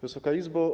Wysoka Izbo!